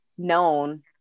known